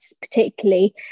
particularly